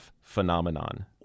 phenomenon